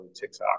TikTok